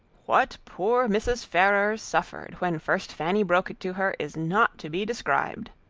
what poor mrs. ferrars suffered, when first fanny broke it to her, is not to be described.